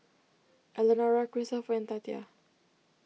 Elenora Kristopher and Tatia